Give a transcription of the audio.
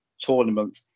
Tournament